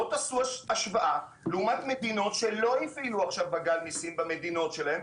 בואו תעשו השוואה לעומת מדינות שלא הפעילו שום דבר בגל שהיה בסין,